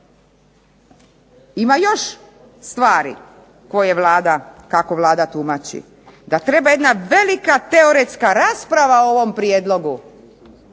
Ima još stvari kako Vlada tumači. Da treba jedna velika teoretska rasprava o ovom prijedlogu